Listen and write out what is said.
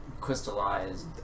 crystallized